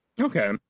Okay